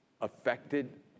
affected